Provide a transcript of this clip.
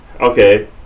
Okay